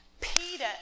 Peter